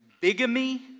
bigamy